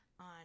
on